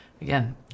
again